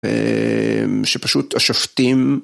שפשוט השופטים